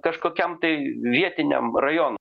kažkokiam tai vietiniam rajon